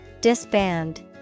Disband